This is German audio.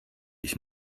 ich